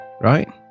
right